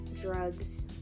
drugs